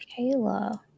Kayla